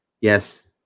Yes